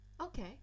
Okay